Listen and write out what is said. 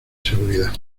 seguridad